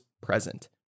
present